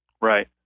Right